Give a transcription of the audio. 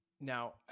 now